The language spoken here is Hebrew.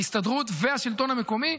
ההסתדרות והשלטון המקומי,